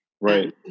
right